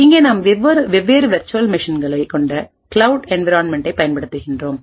இங்கே நாம் வெவ்வேறு வர்ச்சுவல் மெஷின்களைக் கொண்ட கிளவுட் என்விரான்மென்டைப் பயன்படுத்துகிறோம்